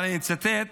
אבל אצטט